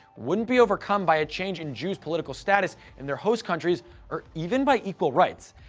wouldn't be overcome by a change in jews' political status in their host countries or even by equal rights.